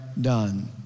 done